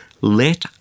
let